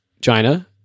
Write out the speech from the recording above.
China